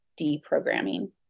deprogramming